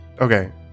Okay